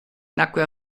nacque